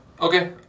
Okay